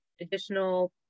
additional